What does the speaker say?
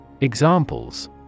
Examples